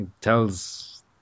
tells